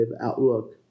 outlook